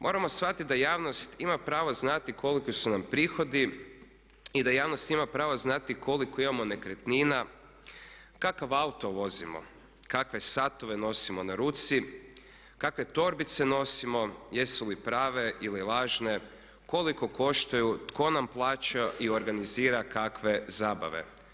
Moramo shvatiti da javnost ima pravo znati koliki su nam prihodi i da javnost ima pravo znati koliko imamo nekretnina, kakav auto vozimo, kakve satove nosimo na ruci, kakve torbice nosimo, jesu li prave ili lažne, koliko koštaju, tko nam plaća i organizira kakve zabave.